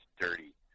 dirty